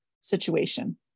situation